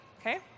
okay